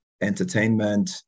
entertainment